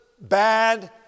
bad